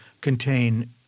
contain